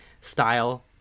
style